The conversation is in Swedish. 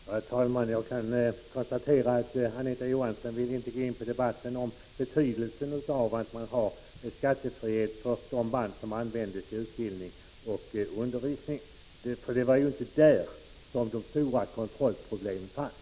Herr talman! Jag konstaterar att Anita Johansson inte vill debattera betydelsen av skattefrihet beträffande band som används inom utbildningen — det var ju inte där de stora kontrollproblemen fanns.